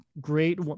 great